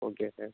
okay sir